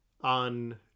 On